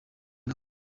nawe